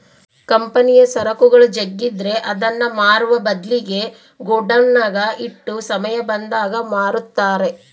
ಕಂಪನಿಯ ಸರಕುಗಳು ಜಗ್ಗಿದ್ರೆ ಅದನ್ನ ಮಾರುವ ಬದ್ಲಿಗೆ ಗೋಡೌನ್ನಗ ಇಟ್ಟು ಸಮಯ ಬಂದಾಗ ಮಾರುತ್ತಾರೆ